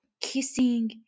kissing